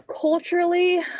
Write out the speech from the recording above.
culturally